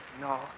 No